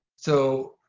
so